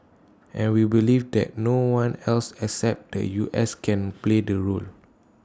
and we believe that no one else except the U S can play the role